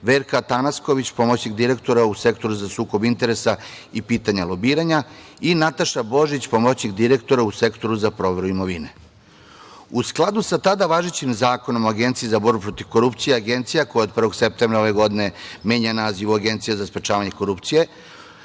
Verka Atanasković, pomoćnik direktora u Sektoru za sukob interesa i pitanja lobiranja i Nataša Božić, pomoćnik direktora u Sektoru za proveru imovine.U skladu sa tada važećim Zakonom o Agenciji za borbu protiv korupcije, Agencija, koja od 1. septembra ove godine menja naziv u Agencija za sprečavanje korupcije,